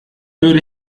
würde